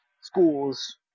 schools